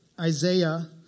Isaiah